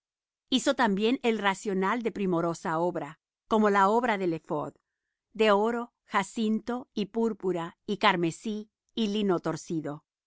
hizo también el racional de primorosa obra como la obra del ephod de oro jacinto y púrpura y carmesí y lino torcido